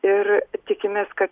ir tikimės kad